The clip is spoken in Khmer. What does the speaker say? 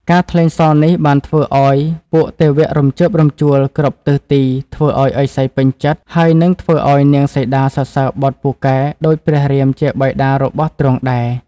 ការថ្លែងសរនេះបានធ្វើឱ្យពួកទេវៈរំជើបរំជួលគ្រប់ទិសទីធ្វើឱ្យឥសីពេញចិត្ត ហើយនិងធ្វើឱ្យនាងសីតាសរសើរបុត្រពូកែដូចព្រះរាមជាបិតារបស់ទ្រង់ដែរ។